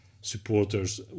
supporters